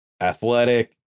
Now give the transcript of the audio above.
athletic